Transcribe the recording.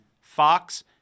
Fox